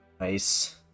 Nice